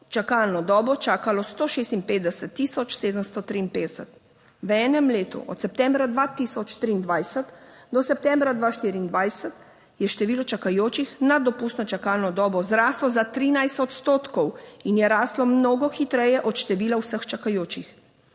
čakalno dobo čakalo 156 tisoč 753. V enem letu od septembra 2023 do septembra 2024 je število čakajočih nad dopustno čakalno dobo zraslo za 13 odstotkov in je raslo mnogo hitreje od števila vseh čakajočih.